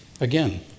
Again